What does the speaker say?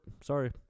Sorry